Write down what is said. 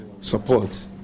support